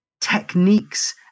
techniques